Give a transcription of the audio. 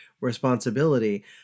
responsibility